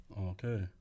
Okay